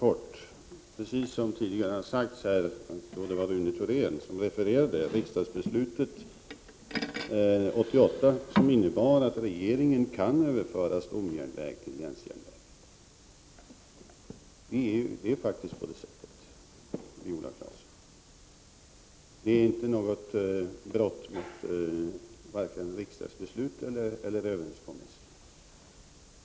Fru talman! Rune Thorén refererade riksdagsbeslutet 1988, och det innebar att regeringen kan överföra stomjärnväg till länsjärnväg. Det är på det sättet, Viola Claesson. Det är inte något brott mot vare sig riksdagsbeslut eller överenskommelser.